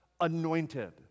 anointed